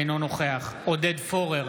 אינו נוכח עודד פורר,